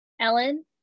Ellen